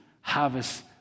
harvest